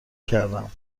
کردم